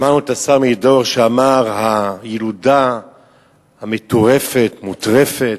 שמענו את השר מרידור, שאמר: הילודה מטורפת מוטרפת,